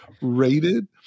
rated